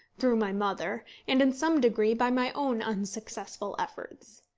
through my mother, and in some degree by my own unsuccessful efforts.